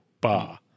bar